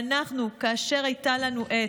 ואנחנו כאשר הייתה לנו עת,